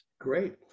Great